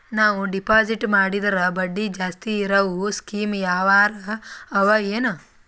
ನಾವು ಡೆಪಾಜಿಟ್ ಮಾಡಿದರ ಬಡ್ಡಿ ಜಾಸ್ತಿ ಇರವು ಸ್ಕೀಮ ಯಾವಾರ ಅವ ಏನ?